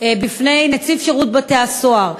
בפני נציב שירות בתי-הסוהר,